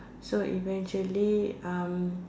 so eventually uh